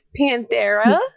panthera